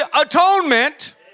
atonement